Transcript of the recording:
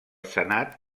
senat